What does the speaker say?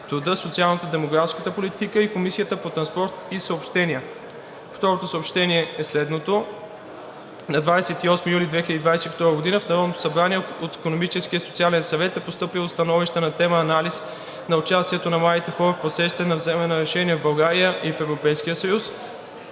труда, социалната и демографската политика и Комисията по транспорт и съобщения. 2. На 28 юли 2022 г. в Народното събрание от Икономическия и социален съвет е постъпило становище на тема: „Анализ на участието на младите хора в процесите на взимане на решения в България и в Европейския съюз,